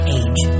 age